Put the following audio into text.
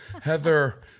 Heather